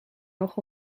nog